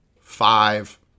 five